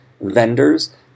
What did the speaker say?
vendors